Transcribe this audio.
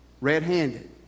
red-handed